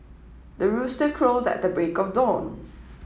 the rooster crows at the break of dawn